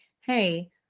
Hey